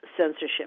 censorship